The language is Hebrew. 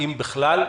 אם בכלל,